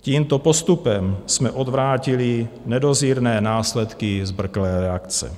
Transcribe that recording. Tímto postupem jsme odvrátili nedozírné následky zbrklé reakce.